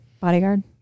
bodyguard